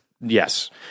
Yes